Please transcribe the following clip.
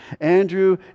Andrew